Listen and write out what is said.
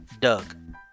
Doug